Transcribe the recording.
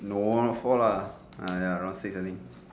no not four lah ah ya around six I think